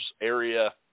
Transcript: area